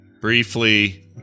briefly